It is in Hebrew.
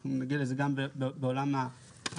אנחנו נגיע לזה גם בעולם המועדים.